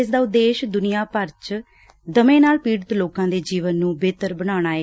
ਇਸ ਦਾ ਉਦੇਸ਼ ਦੁਨੀਆਂ ਭਰ ਚ ਦਮੇ ਨਾਲ ਪੀੜਤ ਲੋਕਾਂ ਦੇ ਜੀਵਨ ਨੂੰ ਬਿਹਤਰ ਬਣਾਉਣਾ ਏ